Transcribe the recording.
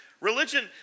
Religion